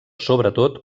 sobretot